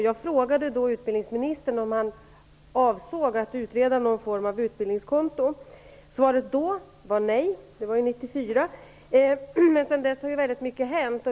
Jag frågade då utbildningsministern om han avsåg att utreda någon form av utbildningskonto. Svaret var då nej - det var 1994. Sedan dess har väldigt mycket hänt.